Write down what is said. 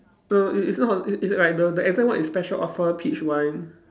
err i~ is not i~ is like the the exact one is special offer peach wine